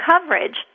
coverage